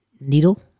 Needle